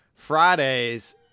Fridays